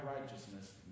righteousness